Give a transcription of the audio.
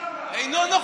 אינו נוכח.